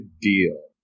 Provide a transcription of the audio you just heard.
deal